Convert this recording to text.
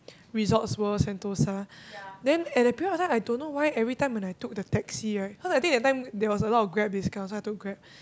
Resorts-World-Sentosa then at that period of time I don't know why every time when I took the took taxi right cause I think that time there was a lot of Grab discount so I took Grab